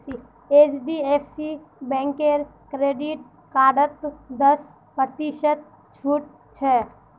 HDFC बैंकेर credit कार्डत दस प्रतिशत छूट छ